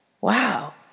Wow